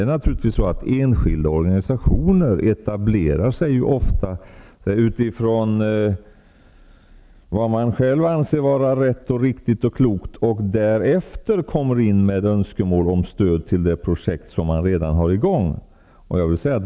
Enskilda organisationer etablerar sig ju emellertid ofta utifrån vad de själva anser vara rätt och riktigt och klokt, och först därefter kommer de in med önskemål om stöd till de projekt som de redan har satt i gång.